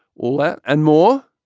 all that and more.